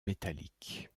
métalliques